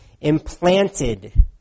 implanted